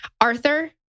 Arthur